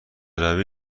روی